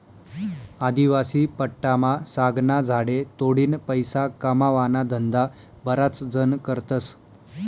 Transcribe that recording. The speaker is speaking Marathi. आदिवासी पट्टामा सागना झाडे तोडीन पैसा कमावाना धंदा बराच जण करतस